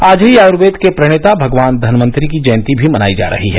आज ही आयूर्वेद के प्रणेता भगवान धनवंतरि की जयंती भी मनाई जा रही है